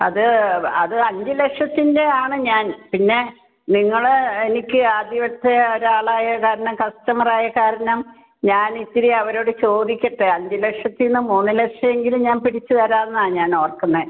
അത് അത് അഞ്ച് ലക്ഷത്തിൻ്റെയാണ് ഞാൻ പിന്നെ നിങ്ങൾ എനിക്ക് ആദ്യത്തെ ഒരു ആളായത് കാരണം കസ്റ്റമറായത് കാരണം ഞാൻ ഇത്തിരി അവരോട് ചോദിക്കട്ടെ അഞ്ച് ലക്ഷത്തിൽ നിന്ന് മൂന്ന് ലക്ഷമെങ്കിലും ഞാൻ പിടിച്ച് തരാമെന്നാണ് ഞാൻ ഓർക്കുന്നത്